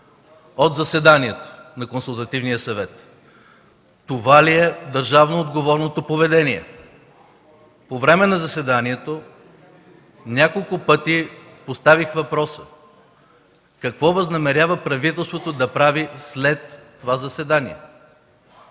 от заседанието на Консултативния съвет. Това ли е държавно отговорното поведение? По време на заседанието на няколко пъти поставих въпроса: какво възнамерява правителството да прави след това заседание?